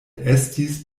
estis